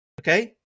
okay